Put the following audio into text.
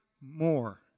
more